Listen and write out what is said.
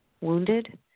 wounded